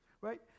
right